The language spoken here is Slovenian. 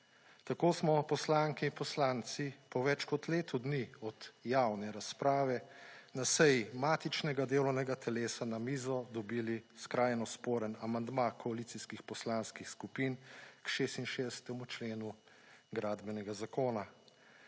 Tako smo, poslanke in poslanci, po več kot letu dni od javne razprave na seji matičnega delovnega telesa na mizo dobili skrajno sporen amandma koalicijskih poslanskih skupin k 66. členu Gradbenega zakona.